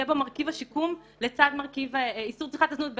יהיה בו מרכיב השיקום לצד מרכיב איסור צריכת הזנות באחת.